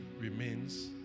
remains